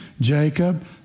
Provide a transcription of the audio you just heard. Jacob